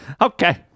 Okay